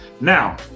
Now